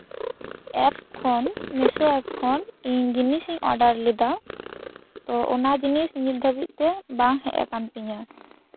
app ᱠᱷᱚᱱ Meesho app ᱠᱷᱚᱱ ᱤᱧ ᱡᱤᱱᱤᱥ ᱤᱧ ᱚᱰᱟᱨ ᱞᱮᱫᱟ ᱛᱳ ᱚᱱᱟ ᱡᱤᱱᱤᱥ ᱱᱤᱛ ᱫᱷᱟᱹᱵᱤᱡ ᱛᱮ ᱵᱟᱝ ᱦᱮᱡ ᱟᱠᱟᱱ ᱛᱤᱧᱟᱹ